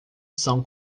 são